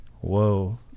Whoa